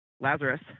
lazarus